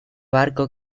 barco